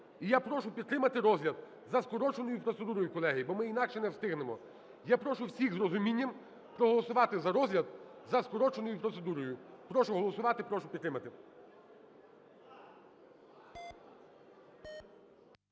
І я прошу підтримати розгляд за скороченою процедурою, колеги, бо ми інакше не встигнемо. Я прошу всіх з зрозумінням проголосувати за розгляд за скороченою процедурою. Прошу голосувати. Прошу підтримати.